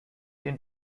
den